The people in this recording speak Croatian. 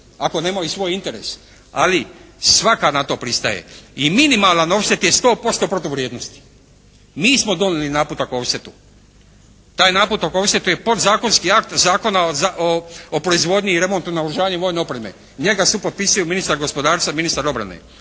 ako nemaju svoj interes. Ali svaka na to pristaje. I minimalan offset je sto posto protuvrijednosti. Mi smo donijeli naputak o offsetu. Taj naputak o offsetu je podzakonski akt Zakona o proizvodnji, remontu i naoružanju vojne opreme. Njega supotpisuju ministar gospodarstva i ministar obrane.